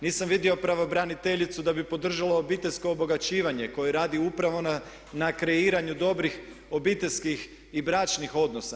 Nisam vidio pravobraniteljicu da bi podržala obiteljsko obogaćivanje koje radi upravo na kreiranju dobrih obiteljskih i bračnih odnosa.